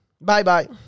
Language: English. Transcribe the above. Bye-bye